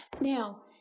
Now